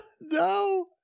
No